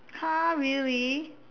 !huh! really